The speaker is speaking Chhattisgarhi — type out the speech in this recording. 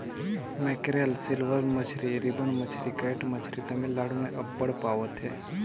मकैरल, सिल्वर मछरी, रिबन मछरी, कैट मछरी तमिलनाडु में अब्बड़ पवाथे